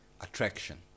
attraction